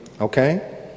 okay